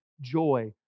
joy